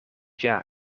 jaar